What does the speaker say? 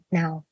now